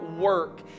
work